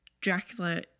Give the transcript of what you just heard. Dracula